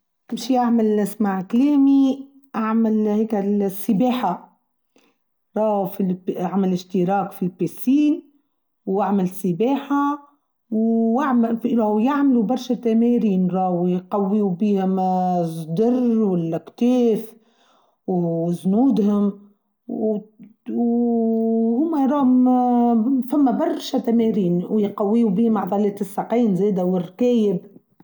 بش يعمل لسماع كلامي، أعمل هيكه للسباحة، أعمل اشتراك في البسين، وأعمل سباحة، و يعملو برشا تمارين ويقويوا بيهم صدر والكتاف وزنودهم وهم يرام، ثم برشا تمارين ويقويوا بيهم عضلات الساقين زايدة والركين.